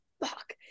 Fuck